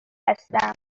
هستم